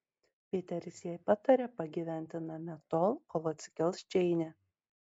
piteris jai patarė pagyventi name tol kol atsikels džeinė